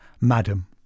madam